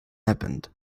happened